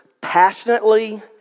passionately